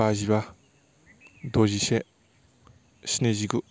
बाजिबा द'जिसे स्निजिगु